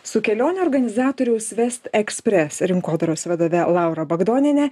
su kelionių organizatoriaus vest ekspres rinkodaros vadove laura bagdoniene